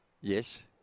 Yes